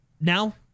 now